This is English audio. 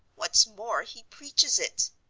what's more, he preaches it.